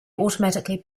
automatically